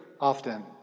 often